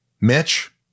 Mitch